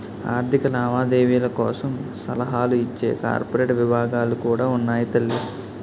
ఆర్థిక లావాదేవీల కోసం సలహాలు ఇచ్చే కార్పొరేట్ విభాగాలు కూడా ఉన్నాయి తల్లీ